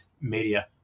media